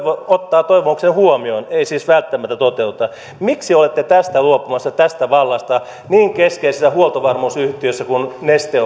ottaa toivomuksen huomioon ei siis välttämättä toteuta miksi olette luopumassa tästä vallasta niin keskeisessä huoltovarmuusyhtiössä kuin neste